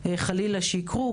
חלילה שיקרו,